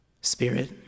Spirit